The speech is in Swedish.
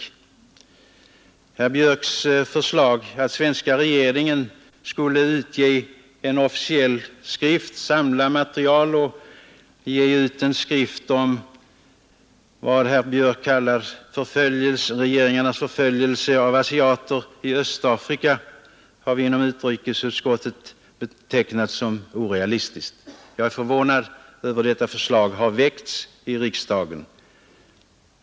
Herr Björcks förslag att den svenska regeringen skulle samla material och ge ut en officiell skrift om vad herr Björck kallar ”regeringarnas förföljelse av asiater i Östafrika” har vi inom utrikesutskottet betecknat som orealistiskt. Jag är förvånad över att detta förslag har väckts i riksdagen.